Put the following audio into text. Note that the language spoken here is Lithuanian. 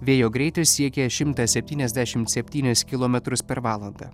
vėjo greitis siekė šimtą septyniasdešimt septynis kilometrus per valandą